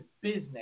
business